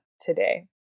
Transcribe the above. today